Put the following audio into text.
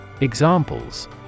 Examples